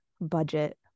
budget